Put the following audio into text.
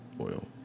oil